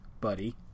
buddy